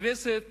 הכנסת